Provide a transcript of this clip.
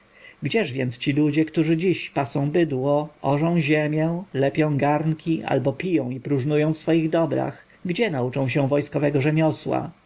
więc ci ludzie którzy dziś pasą bydło orzą ziemię lepią garnki albo piją i próżnują w swoich dobrach gdzie nauczą się wojskowego rzemiosła